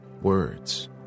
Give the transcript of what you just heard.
words